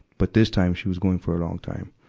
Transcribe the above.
but this time, she was going for a long time.